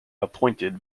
appointed